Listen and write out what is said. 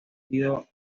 sido